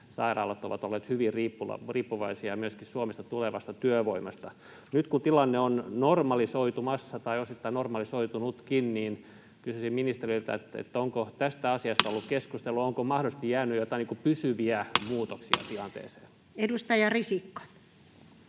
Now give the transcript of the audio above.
sairaalat ovat olleet hyvin riippuvaisia myöskin Suomesta tulevasta työvoimasta. Nyt kun tilanne on normalisoitumassa tai osittain normalisoitunutkin, niin kysyisin ministeriltä: Onko tästä asiasta ollut keskustelua? Onko mahdollisesti jäänyt joitain pysyviä